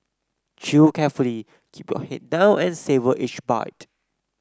chew carefully keep your head down and savour each bite